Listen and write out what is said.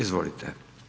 Izvolite.